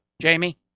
Jamie